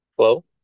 Hello